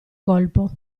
colpo